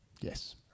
Yes